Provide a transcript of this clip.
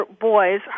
boys